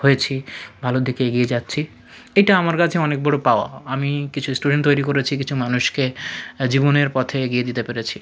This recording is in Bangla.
হয়েছি ভালোর দিকে এগিয়ে যাচ্ছি এটা আমার কাছে অনেক বড়ো পাওয়া আমি কিছু স্টুডেন্ট তৈরি করেছি কিছু মানুষকে অ্যা জীবনের পথে এগিয়ে দিতে পেরেছি